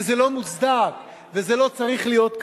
כי זה לא מוצדק וזה לא צריך להיות כך.